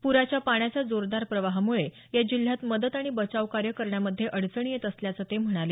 पुराच्या पाण्याचा जोरदार प्रवाहामुळे या जिल्ह्यात मदत आणि बचाव कार्य करण्यामध्ये अडचणी येत असल्याचं ते म्हणाले